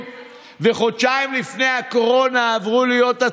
105 156 הוסרו.